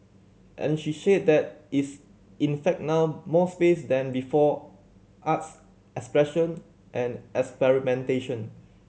and she said there is in fact now more space than before arts expression and experimentation